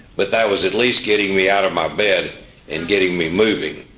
but that was at least getting me out of my bed and getting me moving.